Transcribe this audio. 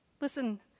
Listen